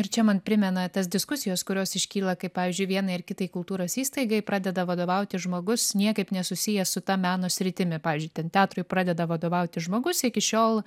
ir čia man primena tas diskusijas kurios iškyla kai pavyzdžiui vienai ar kitai kultūros įstaigai pradeda vadovauti žmogus niekaip nesusijęs su ta meno sritimi pavyzdžiui ten teatrui pradeda vadovauti žmogus iki šiol